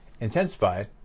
intensified